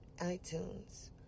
iTunes